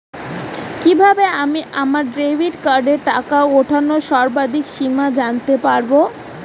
কিভাবে আমি আমার ডেবিট কার্ডের টাকা ওঠানোর সর্বাধিক সীমা জানতে পারব?